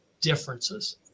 differences